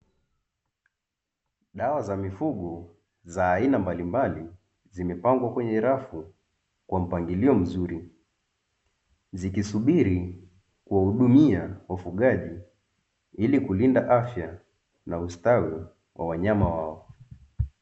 Dawa za mifugo za aina mbalimbali zimepangwa kwenye rafu kwa mpangilio mzuri, zikisubiri kuwahudumia wafugaji ili kulinda afya na ustawi wa wanyama wao.